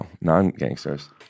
non-gangsters